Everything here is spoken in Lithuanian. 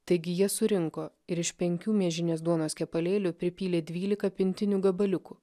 taigi jie surinko ir iš penkių miežinės duonos kepalėlių pripylė dvylika pintinių gabaliukų